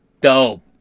Dope